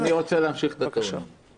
כן, אני רוצה להמשיך, ברשותך.